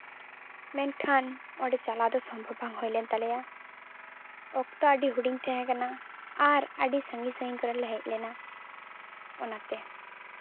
ᱢᱮᱱᱠᱷᱟᱱ ᱚᱸᱰᱮ ᱪᱟᱞᱟᱣ ᱫᱚ ᱥᱚᱢᱵᱷᱚᱵ ᱵᱟᱝ ᱦᱩᱭᱞᱮᱱ ᱛᱟᱞᱮᱭᱟ ᱚᱠᱛᱚ ᱟᱹᱰᱤ ᱦᱩᱰᱤᱧ ᱛᱟᱦᱮᱸ ᱠᱟᱱᱟ ᱟᱨ ᱟᱹᱰᱤ ᱥᱟᱺᱜᱤᱧ ᱥᱟᱺᱜᱤᱧ ᱠᱷᱚᱱᱞᱮ ᱦᱮᱡ ᱞᱮᱱᱟ ᱚᱱᱟᱛᱮ